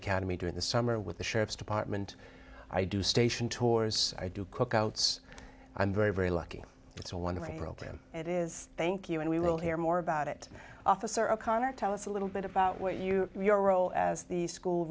safety cademy during the summer with the sheriff's department i do station tours i do cookouts i'm very very lucky it's a wonderful program it is thank you and we will hear more about it officer o'connor tell us a little bit about what you and your role as the school